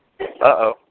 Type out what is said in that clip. Uh-oh